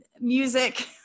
music